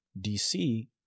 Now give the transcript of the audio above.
DC